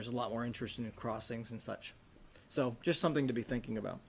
there's a lot more interest in it crossings and such so just something to be thinking about